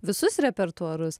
visus repertuarus